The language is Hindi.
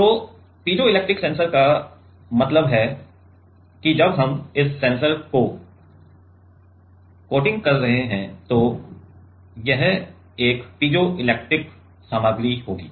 तो पीजोइलेक्ट्रिक सेंसर का मतलब है कि जब हम इस सेंसर को कोटिंग कर रहे हैं तो यह एक पीजोइलेक्ट्रिक सामग्री होगी